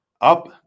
up